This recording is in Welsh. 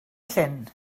llyn